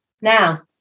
Now